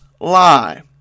lie